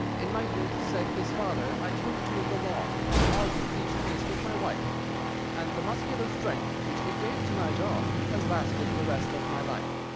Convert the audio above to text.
in my youth, said his father, i took to the law and argued each case with my wife and the muscular strength, which it gave to my jaw, has lasted the rest of my life.